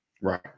Right